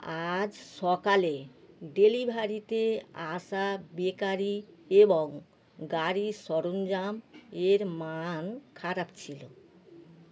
আজ সকালে ডেলিভারিতে আসা বেকারি এবং গাড়ির সরঞ্জাম এর মান খারাপ ছিল